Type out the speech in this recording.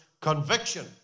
conviction